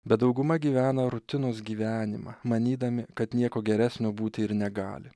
bet dauguma gyvena rutinos gyvenimą manydami kad nieko geresnio būti ir negali